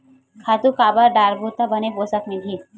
खातु काबर डारबो त बने पोषण मिलही?